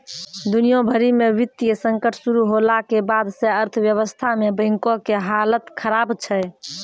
दुनिया भरि मे वित्तीय संकट शुरू होला के बाद से अर्थव्यवस्था मे बैंको के हालत खराब छै